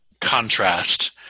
contrast